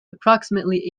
approximately